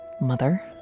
mother